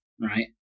right